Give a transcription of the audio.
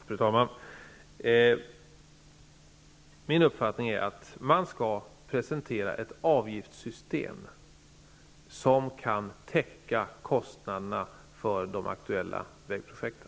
Fru talman! Min uppfattning är att man skall presentera ett avgiftssystem som kan täcka kostnaderna för de aktuella vägprojekten.